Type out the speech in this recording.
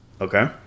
Okay